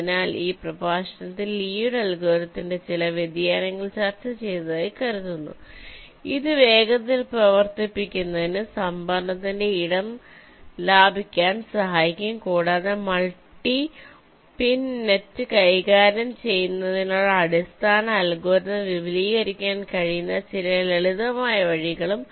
അതിനാൽ ഈ പ്രഭാഷണത്തിൽ ലീയുടെ അൽഗോരിതത്തിന്റെLees algorithm ചില വ്യതിയാനങ്ങൾ ചർച്ച ചെയ്തതായി കരുതുന്നു ഇത് വേഗത്തിൽ പ്രവർത്തിപ്പിക്കുന്നതിന് സംഭരണത്തിന്റെ ഇടം ലാഭിക്കാൻ സഹായിക്കും കൂടാതെ മൾട്ടി പിൻ നെറ്റ് കൈകാര്യം ചെയ്യുന്നതിനുള്ള അടിസ്ഥാന അൽഗോരിതം വിപുലീകരിക്കാൻ കഴിയുന്ന ചില ലളിതമായ വഴികളും